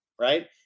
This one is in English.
right